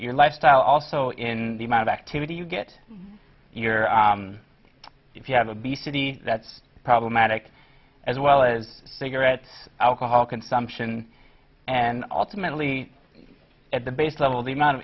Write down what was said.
lifestyle also in the amount of activity you get your if you have obesity that's problematic as well as cigarettes alcohol consumption and ultimately at the base level the amount of